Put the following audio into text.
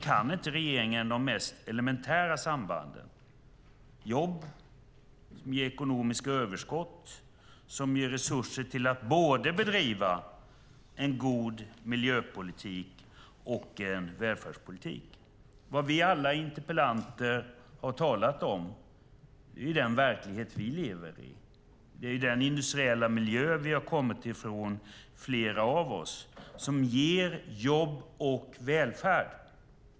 Kan inte regeringen de mest elementära sambanden? Jobb via ekonomiska överskott ger resurser till att bedriva både en god miljöpolitik och en välfärdspolitik. Vad alla vi interpellanter har talat om är den verklighet vi lever i. Det är den industriella miljö flera av oss har kommit ifrån som ger jobb och välfärd.